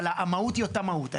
אבל, המהות היא אותה מהות.